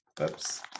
Oops